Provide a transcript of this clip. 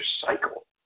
cycle